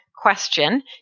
question